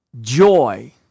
joy